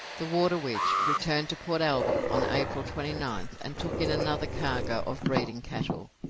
the waterwitch returned to port albert on april twenty ninth, and took in another cargo of breeding cattle,